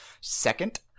Second